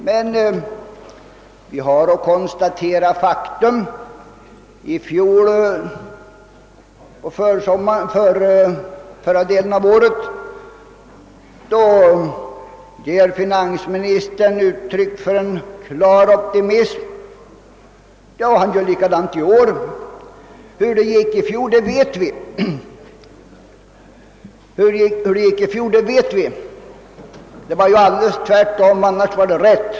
Men vi måste konstatera faktum: under förra delen av fjolåret gav finansministern uttryck för en klar optimism, och han gör likadant i år. Hur det gick i fjol vet vi: det blev alldeles tvärtom, annars var det rätt.